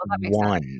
one